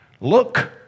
Look